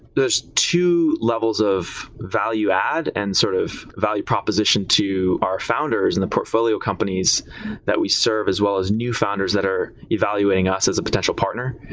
two levels of value add and sort of value proposition to our founders and the portfolio companies that we serve as well as new founders that are evaluating us as a potential partner,